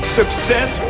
success